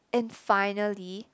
and finally